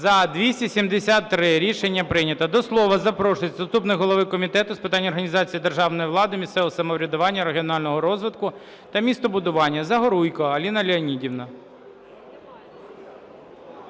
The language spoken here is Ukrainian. За-273 Рішення прийнято. До слова запрошується заступник голови Комітету з питань організації державної влади, місцевого самоврядування, регіонального розвитку та містобудування